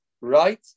right